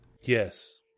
Yes